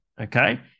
okay